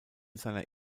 seiner